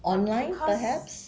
online perhaps